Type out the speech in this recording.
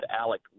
Alec